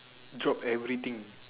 drop everything